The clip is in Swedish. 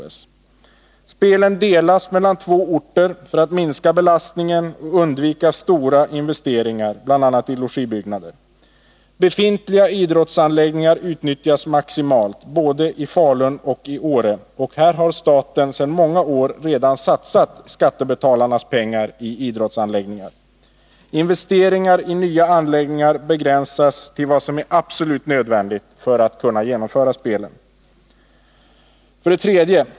1. Spelen delas mellan två orter för att man skall minska belastningen och undvika stora investeringar, bl.a. i logibyggnader. 2. Befintliga idrottsanläggningar utnyttjas maximalt, både i Falun och i Åre. Här har staten sedan många år redan satsat skattebetalarnas pengar i idrottsanläggningar. Investeringar i nya anläggningar begränsas till vad som är absolut nödvändigt för att man skall kunna genomföra spelen. 3.